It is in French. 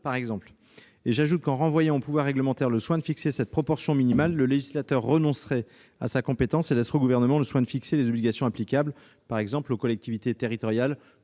par exemple. En renvoyant au pouvoir réglementaire le soin de fixer cette proportion minimale, le législateur renoncerait en outre à sa compétence et laisserait au Gouvernement le loisir de déterminer les obligations applicables, par exemple, aux collectivités territoriales.